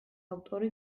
ავტორი